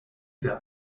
der